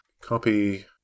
copy